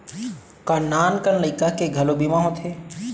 का नान कन लइका के घलो बीमा होथे?